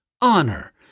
honor